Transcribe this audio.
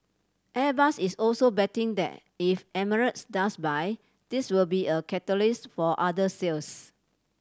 Airbus is also betting that if Emirates does buy this will be a catalyst for other sales